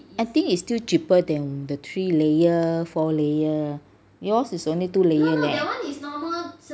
I think it's still cheaper than the three layer four layer yours is only two layer eh